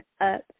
up